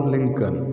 Lincoln